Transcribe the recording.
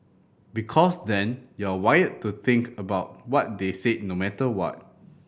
because then you're wired to think about what they said no matter what